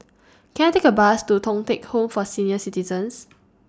Can I Take A Bus to Thong Teck Home For Senior Citizens